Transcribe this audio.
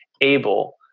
able